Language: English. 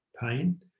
pain